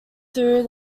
through